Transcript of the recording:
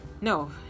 No